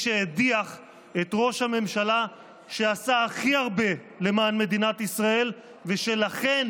שהדיח את ראש הממשלה שעשה הכי הרבה למען מדינת ישראל ולכן